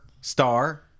Star